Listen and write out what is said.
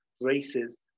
races